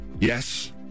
Yes